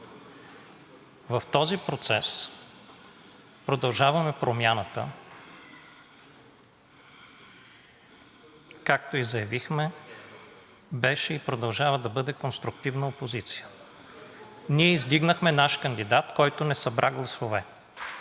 В този процес „Продължаваме Промяната“, както заявихме, беше и продължава да бъде конструктивна опозиция. Ние издигнахме наш кандидат, който не събра гласове.